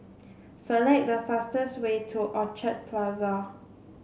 select the fastest way to Orchard Plaza